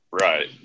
Right